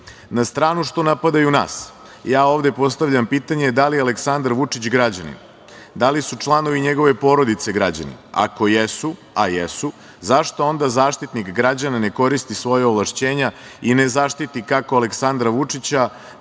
Na stranu što napadaju nas, ja ovde postavljam pitanje da li je Aleksandar Vučić građanin, da li su članovi njegove porodice građani? Ako jesu, a jesu, zašto onda Zaštitnik građana ne koristi svoja ovlašćenja i ne zaštiti kako Aleksandra Vučića,